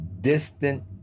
distant